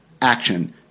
action